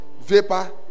Vapor